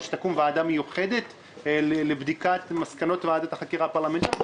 או שתקום ועדה מיוחדת לבדיקת מסקנות ועדת החקירה הפרלמנטרית.